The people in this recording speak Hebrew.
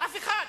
אף אחד.